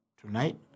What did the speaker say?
Tonight